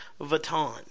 Vuitton